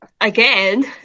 Again